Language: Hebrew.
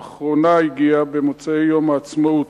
האחרונה הגיעה במוצאי יום העצמאות.